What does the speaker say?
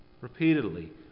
repeatedly